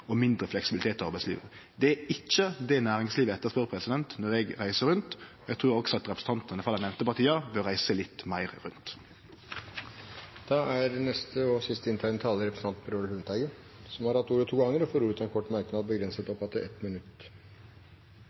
og for mindre fleksibilitet i arbeidslivet. Det er ikkje det næringslivet etterspør når eg reiser rundt, og eg trur også at representantane for dei nemnte partia bør reise litt meir rundt. Representanten Per Olaf Lundteigen har hatt ordet to ganger tidligere og får ordet til en kort merknad, begrenset til 1 minutt.